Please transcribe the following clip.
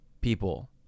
people